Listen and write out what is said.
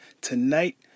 Tonight